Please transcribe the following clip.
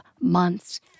months